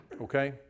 Okay